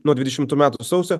nuo dvidešimtų metų sausio